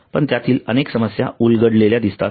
पण त्यातील अनेक समस्या उलगडलेल्या दिसतात